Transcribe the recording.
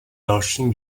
dalším